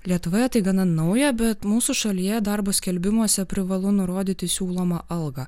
lietuvoje tai gana nauja bet mūsų šalyje darbo skelbimuose privalu nurodyti siūlomą algą